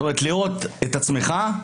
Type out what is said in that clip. זאת אומרת, לראות את עצמך,